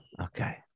Okay